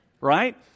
right